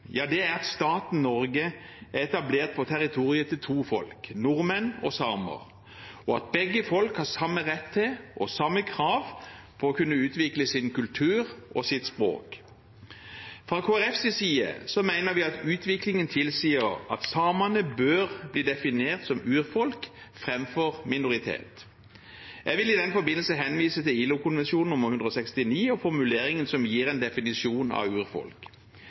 er at staten Norge er etablert på territoriet til to folk, nordmenn og samer, og at begge folk har samme rett til og det samme kravet på å kunne utvikle sin kultur og sitt språk. Fra Kristelig Folkepartis side mener vi at utviklingen tilsier at samene bør bli definert som urfolk framfor minoritet. Jeg vil i den forbindelse henvise til ILO-konvensjon nr. 169 og formuleringen som gir en definisjon av urfolk.